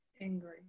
angry